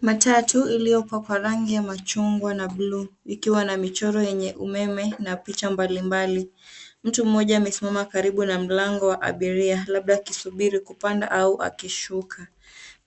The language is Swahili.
Matatu iliyopakwa rangi ya machungwa na blue ikiwa na michoro yenye umeme na picha mbalimbali. Mtu mmoja amesimama karibu na mlango wa abiria labda akingojea kupanda au kushuka.